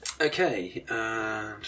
Okay